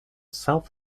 self